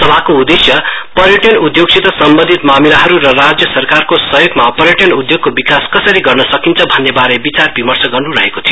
सभाको उद्देश्य पर्यटन उद्योगसित सम्बन्धित मामिलाहरू र राज्य सरकारको सहयोगमा पर्यटन उद्योगको विकास कसरी गर्न सकिन्छ भन्ने बारे विचार विमर्श गर्नु रहेको थियो